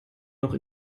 noch